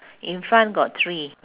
in front got three